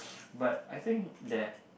but I think that